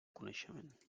coneixement